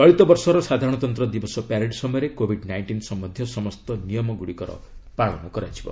ଚଳିତ ବର୍ଷର ସାଧାରଣତନ୍ତ ଦିବସ ପ୍ୟାରେଡ୍ ସମୟରେ କୋବିଡ୍ ନାଇଷ୍ଟିନ୍ ସମ୍ଭନ୍ଧୀୟ ସମସ୍ତ ନିୟମଗ୍ରଡ଼ିକର ପାଳନ କରାଯିବ